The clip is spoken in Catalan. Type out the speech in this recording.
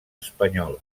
espanyola